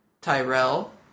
Tyrell